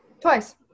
Twice